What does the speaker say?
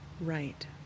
right